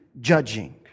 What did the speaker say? judging